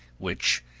which,